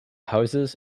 houses